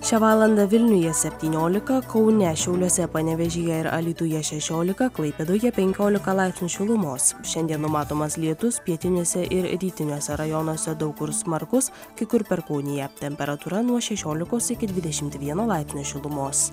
šią valandą vilniuje septyniolika kaune šiauliuose panevėžyje ir alytuje šešiolika klaipėdoje penkiolika laipsnių šilumos šiandien numatomas lietus pietiniuose ir rytiniuose rajonuose daug kur smarkus kai kur perkūnija temperatūra nuo šešiolikos iki dvidešimt vieno laipsnio šilumos